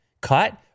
cut